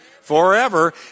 Forever